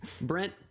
Brent